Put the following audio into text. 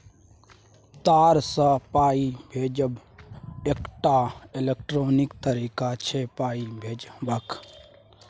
तार सँ पाइ भेजब एकटा इलेक्ट्रॉनिक तरीका छै पाइ भेजबाक